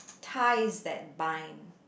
ties that bind